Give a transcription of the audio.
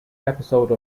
episode